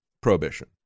prohibition